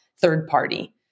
third-party